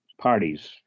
parties